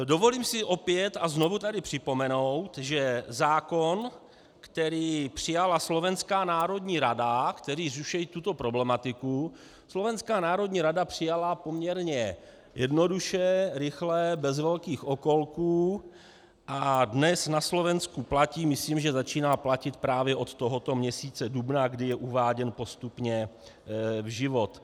Dovolím si opět a znovu tady připomenout, že zákon, který přijala Slovenská národní rada, který řeší tuto problematiku, Slovenská národní rada přijala poměrně jednoduše, rychle, bez velkých okolků, dnes na Slovensku platí, myslím, že začíná platit právě od tohoto měsíce dubna, kdy je uváděn postupně v život.